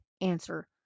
answer